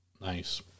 Nice